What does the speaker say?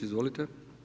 Izvolite.